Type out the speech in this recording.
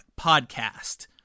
Podcast